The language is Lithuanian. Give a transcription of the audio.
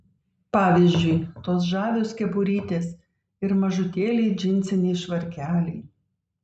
pavyzdžiui tos žavios kepurytės ir mažutėliai džinsiniai švarkeliai